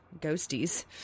ghosties